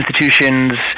institutions